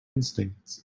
instincts